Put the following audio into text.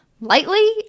Lightly